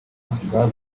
gazi